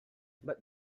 but